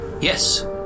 Yes